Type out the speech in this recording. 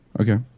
Okay